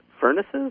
furnaces